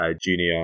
junior